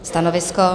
Stanovisko?